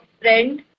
friend